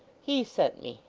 he sent me